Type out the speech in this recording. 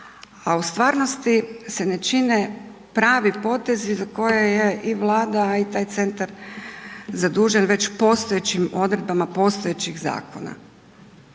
a u stvarnosti se ne čine pravi potezi za koje je i Vlada, a i taj centar zadužen već postojećim odredbama postojećih zakona.